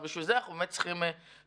אבל בשביל זה אנחנו באמת צריכים תוכניות,